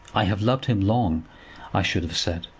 i have loved him long i should have said,